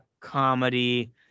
comedy